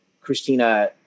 Christina